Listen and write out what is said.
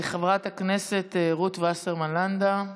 חברת הכנסת רות וסרמן לנדה,